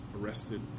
arrested